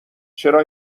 چرا